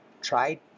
try